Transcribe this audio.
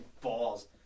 balls